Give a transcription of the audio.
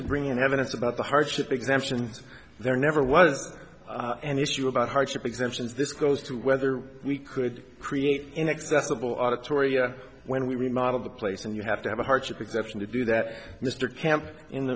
to bring in evidence about the hardship exemption there never was an issue about hardship exemptions this goes to whether we could create inaccessible auditoria when we remodeled the place and you have to have a hardship exemption to do that mr camp in